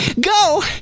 go